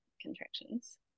contractions